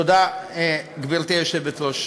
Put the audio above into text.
תודה, גברתי היושבת-ראש.